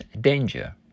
danger